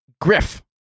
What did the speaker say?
Griff